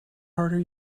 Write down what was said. harder